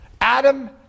Adam